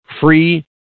free